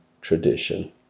tradition